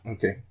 Okay